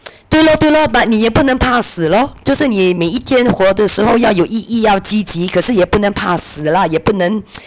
对 lor 对 lor but 你也不能怕死 lor 就是你每一天活的时候要有意义要积极可是也不能怕死 lah 也不能